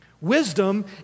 Wisdom